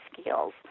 skills